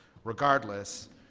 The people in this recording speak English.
regardless,